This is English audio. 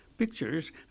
Pictures